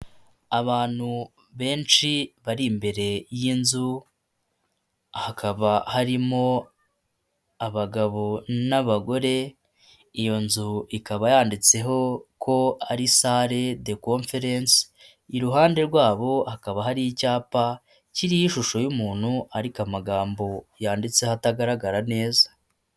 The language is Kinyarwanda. Abantu benshi bari imbere y'inzu, hakaba harimo abagabo n'abagore, iyo nzu ikaba yanditseho ko ari sare de konferense, iruhande rwabo hakaba hari icyapa kiriho ishusho y'umuntu ariko amagambo yanditse aha atagaragara neza.